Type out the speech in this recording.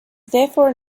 therefore